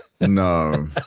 No